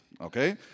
okay